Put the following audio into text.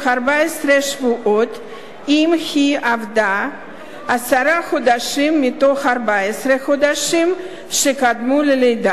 14 שבועות אם היא עבדה עשרה חודשים מתוך 14 החודשים שקדמו ללידה,